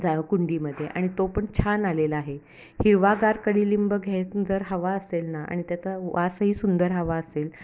जा कुंडीमध्ये आणि तो पण छान आलेला आहे हिरवागार कडीलिंब घ्या जर हवा असेल ना आणि त्याचा वासही सुंदर हवा असेल